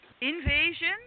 invasion